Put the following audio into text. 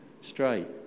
straight